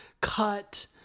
cut